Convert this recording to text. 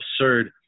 absurd